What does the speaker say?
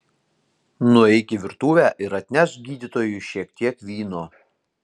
nueik į virtuvę ir atnešk gydytojui šiek tiek vyno